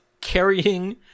Carrying